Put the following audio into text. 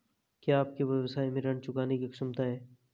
क्या आपके व्यवसाय में ऋण चुकाने की क्षमता है?